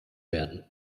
werden